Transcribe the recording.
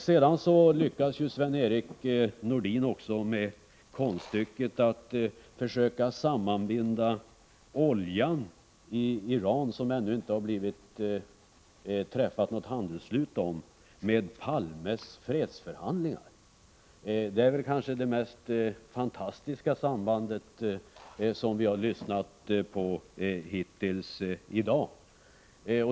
Sedan lyckades Sven-Erik Nordin även med konststycket att försöka sammanbinda oljan i Iran, som det ännu inte har träffats något handelsslut om, med Palmes fredsförhandlingar. Det är kanske det mest fantastiska samband som vi har hört talas om här i dag.